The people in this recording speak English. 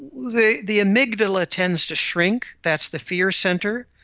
the the amygdala tends to shrink, that's the fear centre,